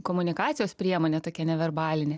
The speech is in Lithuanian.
komunikacijos priemonė tokia neverbalinė